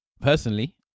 personally